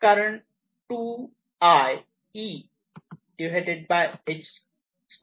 कारण 2 I E h'2 आहे